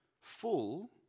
full